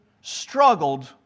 struggled